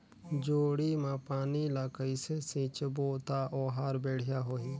जोणी मा पानी ला कइसे सिंचबो ता ओहार बेडिया होही?